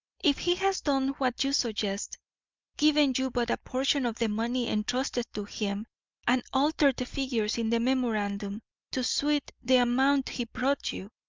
if he has done what you suggest, given you but a portion of the money entrusted to him and altered the figures in the memorandum to suit the amount he brought you,